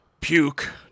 Puke